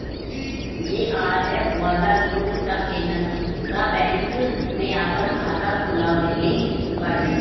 JRF वाला लोग तअ केनरा बैंक में आपन खाता खोलववले बाटे